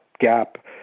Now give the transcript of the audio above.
gap